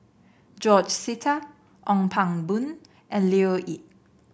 George Sita Ong Pang Boon and Leo Yip